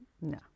No